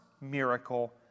miracle